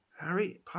Harry